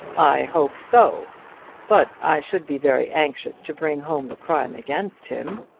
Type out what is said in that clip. i hope so but i should be very anxious to bring home the crime against him.